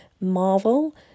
Marvel